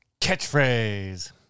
Catchphrase